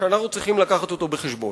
שאנחנו צריכים להביא אותו בחשבון.